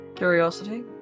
Curiosity